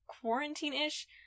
quarantine-ish